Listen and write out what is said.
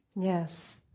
Yes